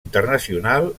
internacional